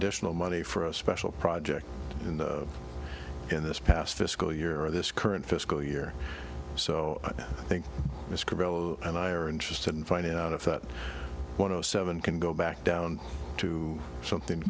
dditional money for a special project in the in this past fiscal year or this current fiscal year so i think it's cruel and i are interested in finding out if that one o seven can go back down to something